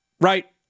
Right